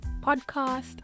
podcast